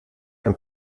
ein